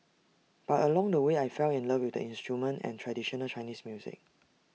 but along the way I fell in love with the instrument and traditional Chinese music